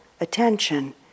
attention